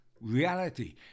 reality